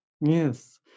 Yes